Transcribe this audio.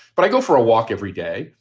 but i go for a walk every day,